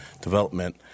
development